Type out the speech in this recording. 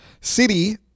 City